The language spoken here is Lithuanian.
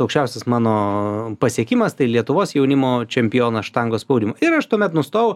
aukščiausias mano pasiekimas tai lietuvos jaunimo čempionas štangos spaudimo ir aš tuomet nustojau